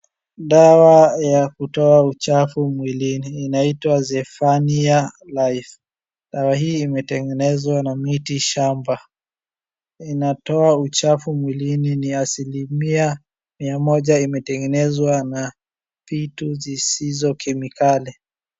Dawa ya kutoa uchafu mwilini inaitwa Zephania Life. Dawa hii imetegenezwa na miti shamba. Inatoa uchafu mwilini. Ni asilimia mia moja imetegenezwa na vitu zisizo kemikali.